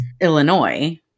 Illinois